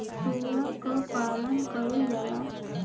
सूअर क पालन कइल जाला